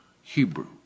Hebrew